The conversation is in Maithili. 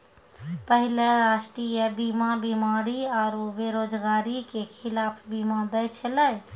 पहिले राष्ट्रीय बीमा बीमारी आरु बेरोजगारी के खिलाफ बीमा दै छलै